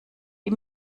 die